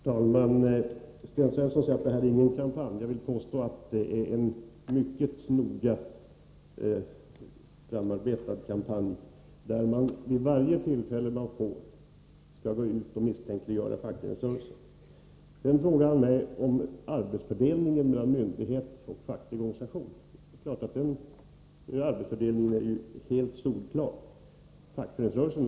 Herr talman! Sten Svensson säger att det inte är fråga om någon kampanj. Jag vill dock påstå att det är en mycket noga framarbetad kampanj, där man vid varje tillfälle som ges går ut och misstänkliggör fackföreningsrörelsen. Vidare frågade Sten Svensson vad jag anser om arbetsfördelningen mellan myndighet och facklig organisation. Den arbetsfördelningen är solklar.